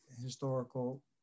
historical